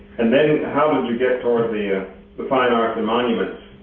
and then how did you get toward the ah but fine arts and monuments?